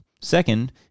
Second